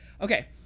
Okay